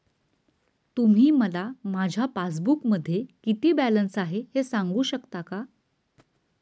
तुम्ही मला माझ्या पासबूकमध्ये किती बॅलन्स आहे हे सांगू शकता का?